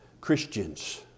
Christians